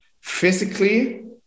Physically